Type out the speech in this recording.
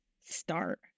start